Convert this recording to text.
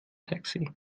taxi